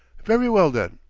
very well, then!